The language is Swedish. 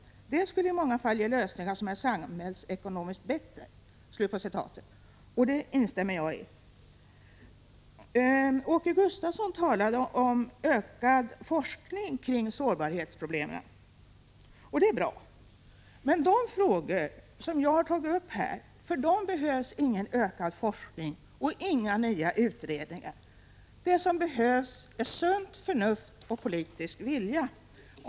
Det skulle i många fall ge lösningar som är samhällsekonomiskt bättre.” Jag instämmer i det. Åke Gustavsson talade om ökad forskning kring sårbarhetsproblemen. Det är bra. Men för de frågor som jag tagit upp här behövs ingen ökad forskning och inga nya utredningar. Det som behövs är sunt förnuft och politisk vilja.